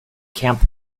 camp